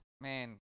man